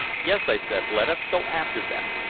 yes, i said. let us go after them.